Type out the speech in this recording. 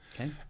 Okay